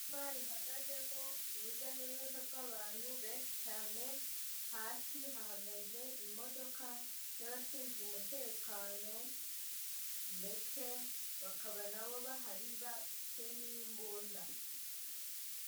Igorofa rihagazemo urujya n'uruza rw'abantu benshi cyane, hasi hahagaze imodoka y'abashinzwe umutekano ndetse bakaba nabo bahari bafite n'imbunda.